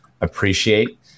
appreciate